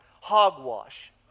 Hogwash